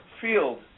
field